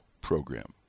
Program